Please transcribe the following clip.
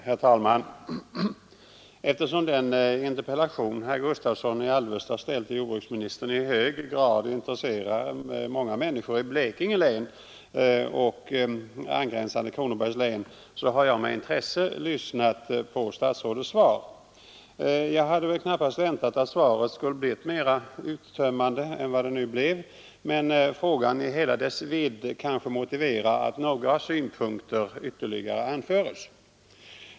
Herr talman! Eftersom den interpellation herr Gustavsson i Alvesta ställt till jordbruksministern i hög grad intresserar många människor i Blekinge län och angränsande Kronobergs län har jag med intresse lyssnat på statsrådets svar. Jag hade väl knappast väntat att svaret skulle blivit mera uttömmande än som det nu blev, men frågan i hela dess vidd kanske motiverar att ytterligare några synpunkter anföres.